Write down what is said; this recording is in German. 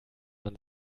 man